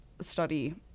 study